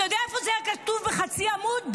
אתה יודע איפה זה היה כתוב בחצי עמוד?